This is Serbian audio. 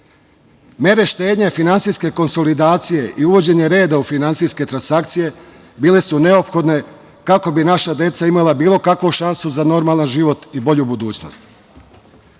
štednje finansijske konsolidacije i uvođenje reda u finansijske transakcije bile su neophodne kako bi naša deca imala bilo kakvu šansu za normalan život i bolju budućnost. Sve